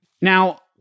Now